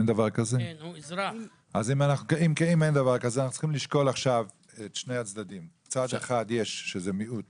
אז יש לשקול את שני הצדדים אחד, שזה מיעוט